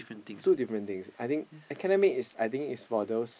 two different things I think academic is I think is for those